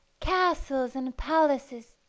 castles and palaces,